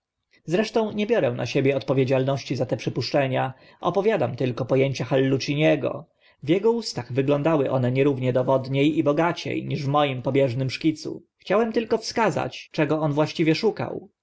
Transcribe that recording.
zresztą nie biorę na siebie odpowiedzialności za te przypuszczenia opowiadam tylko po ęcia halluciniego w ego ustach wyglądały one nierównie dowodnie i bogacie niż w moim pobieżnym szkicu chciałem tylko wskazać czego on właściwie szukał